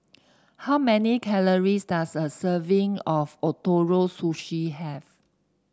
how many calories does a serving of Ootoro Sushi have